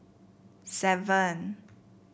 seven